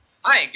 Hi